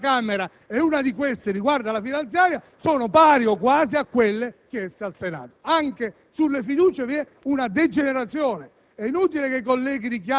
le fiducie richieste alla Camera - ed una di queste riguarda la finanziaria - sono pari, o quasi, a quelle richieste al Senato. Anche sulla fiducia c'è una degenerazione.